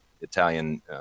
Italian